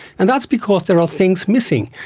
and that's because there are things missing.